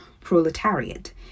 proletariat